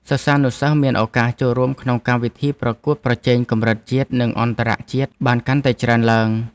សិស្សានុសិស្សមានឱកាសចូលរួមក្នុងកម្មវិធីប្រកួតប្រជែងកម្រិតជាតិនិងអន្តរជាតិបានកាន់តែច្រើនឡើង។